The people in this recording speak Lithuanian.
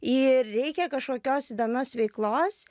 ir reikia kažkokios įdomios veiklos